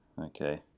okay